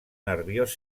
nerviós